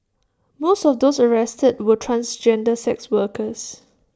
most of those arrested were transgender sex workers